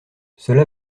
cela